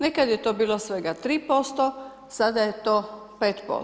Nekad je to bilo svega 3%, sada je to 5%